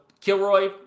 Kilroy